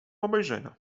obejrzenia